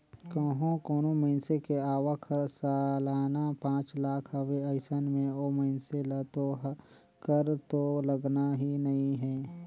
कंहो कोनो मइनसे के आवक हर सलाना पांच लाख हवे अइसन में ओ मइनसे ल तो कर तो लगना ही नइ हे